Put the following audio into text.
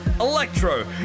electro